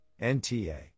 nta